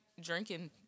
drinking